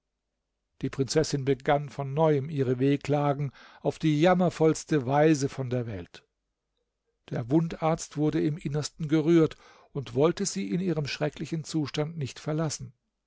die prinzessin begann von neuem ihre wehklagen auf die jammervollste weise von der welt der wundarzt wurde im innersten gerührt und wollte sie in ihrem schrecklichen zustand nicht verlassen